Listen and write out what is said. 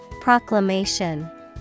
Proclamation